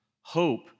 Hope